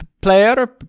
player